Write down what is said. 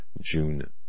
June